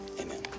Amen